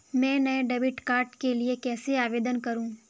मैं नए debit card के लिए कैसे आवेदन करूं?